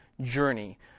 journey